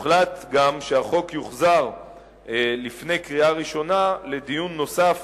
הוחלט גם שהחוק יוחזר לפני קריאה ראשונה לדיון נוסף